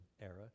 era